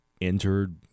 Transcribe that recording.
entered